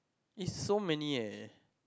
it's so many eh